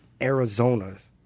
Arizona's